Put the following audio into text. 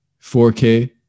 4k